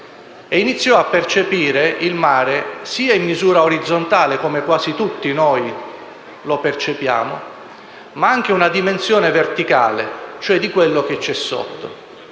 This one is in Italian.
e iniziò a percepire il mare sia in misura orizzontale - come quasi tutti noi lo percepiamo - sia in una dimensione verticale, nella dimensione cioè di quello che c'è sotto.